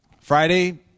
Friday